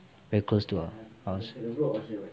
very close to us